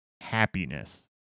happiness